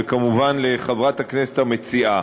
וכמובן לחברת הכנסת המציעה: